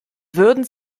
würden